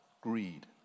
greed